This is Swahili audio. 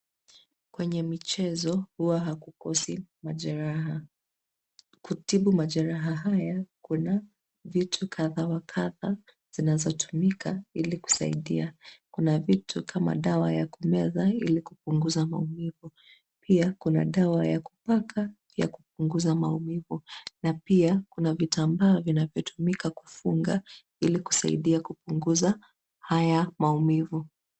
Kwenye michezo huwa hakukosi majeraha. Kutibu majeraha haya, kuna vitu kadha wa kadha zinazotumika ili kusaidia. Kuna vitu kama dawa ya kumeza, ili kupunguza maumivu. Pia kuna dawa ya kupaka ya kupunguza maumivu, na pia kuna vitambaa vinavyotumika kufunga ili kusaidia kupunguza haya maumivu.